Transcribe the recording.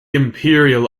imperial